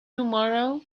tomorrow